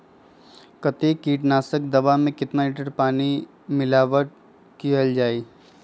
कतेक किटनाशक दवा मे कितनी लिटर पानी मिलावट किअल जाई?